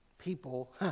people